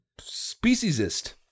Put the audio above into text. speciesist